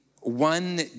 one